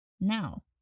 Now